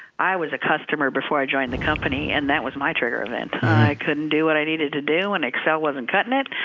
i was a customer before i joined the company, and that was my trigger event. i couldn't do what i needed to do, and excel wasn't cutting it.